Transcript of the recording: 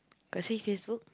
got see Facebook